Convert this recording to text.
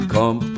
Come